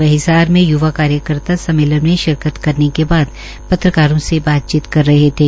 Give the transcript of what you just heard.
वह हिसार में यूवा कार्यकर्ता सम्मेलन में शिरकत करने के बाद पत्रकारों से बातचीत कर रहे थे